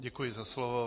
Děkuji za slovo.